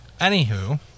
Anywho